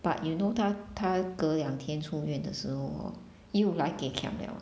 but you know 她她隔两天出院的时候 hor 又来 gei kiang liao